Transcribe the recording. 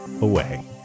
away